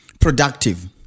productive